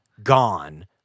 gone